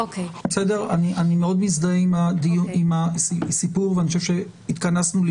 אני מאוד מזדהה עם הסיפור ואני חושב שהתכנסנו.